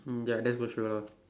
mm ya let's go sure